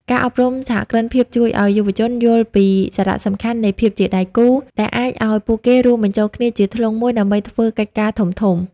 ការអប់រំសហគ្រិនភាពជួយឱ្យយុវជនយល់ពី "សារៈសំខាន់នៃភាពជាដៃគូ" ដែលអាចឱ្យពួកគេរួមបញ្ចូលគ្នាជាធ្លុងមួយដើម្បីធ្វើកិច្ចការធំៗ។